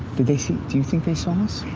do you think they saw us?